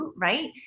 right